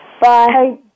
Bye